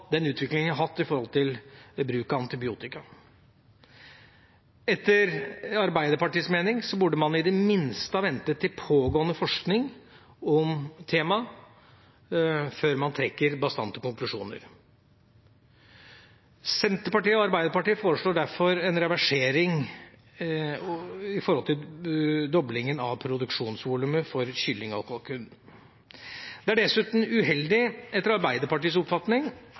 den utviklinga vi har hatt når det gjelder bruken av antibiotika. Etter Arbeiderpartiets mening burde man i det minste ha ventet på pågående forskning om temaet før man trakk bastante konklusjoner. Senterpartiet og Arbeiderpartiet foreslår derfor en reversering med hensyn til doblinga av produksjonsvolumet for kylling og kalkun. Det er dessuten uheldig, etter Arbeiderpartiets oppfatning,